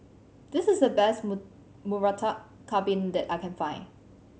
this is the best Murtabak Kambing that I can find